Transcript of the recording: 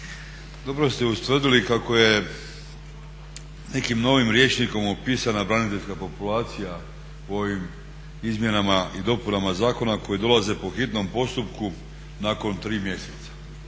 dobro ste ustvrdili kako je nekim novim rječnikom opisana braniteljska populacija u ovim izmjenama i dopunama zakona koji dolaze po hitnom postupku nakon tri mjeseca,